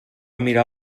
mirar